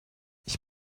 ich